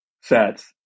sets